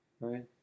Right